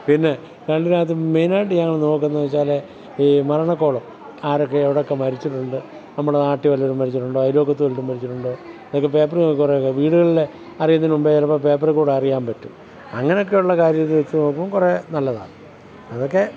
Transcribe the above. പിന്നെ രണ്ടിനകത്തും മെയിനായിട്ട് ഞാൻ നോക്കുന്നതെന്ന് വെച്ചാൽ ഈ മരണക്കോളം ആരൊക്കെ എവിടെയൊക്കെ മരിച്ചിട്ടുണ്ട് നമ്മളെ നാട്ടിൽ വല്ലവരും മരിച്ചിട്ടുണ്ടോ അയൽപക്കത്ത് വല്ലവരും മരിച്ചിട്ടുണ്ടോ ഇതൊക്കെ പേപ്പറിൽ നോക്കി കുറെയൊക്കെ വീടുകളിൽ അറിയുന്നതിന് മുമ്പേ ചിലപ്പം പേപ്പറിൽക്കൂടെ അറിയാൻ പറ്റും അങ്ങനെയൊക്കെ ഉള്ള കാര്യങ്ങൾ വെച്ച് നോക്കുമ്പം കുറേ നല്ലതാണ് അതൊക്കെ